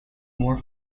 more